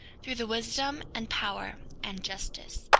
through the wisdom, and power, and justice,